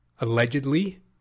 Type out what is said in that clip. Allegedly